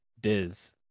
Diz